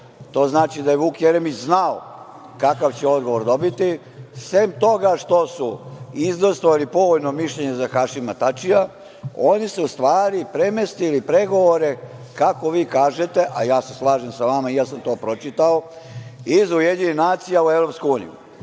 to znači da je Vuk Jeremić znao kakav će odgovor dobiti, sem toga što su izdejstvovali povoljno mišljenje za Hašima Tačija, oni su u stvari premestili pregovore, kako vi kažete, a ja se slažem sa vama, i ja sam to pročitao, iz UN u EU. Time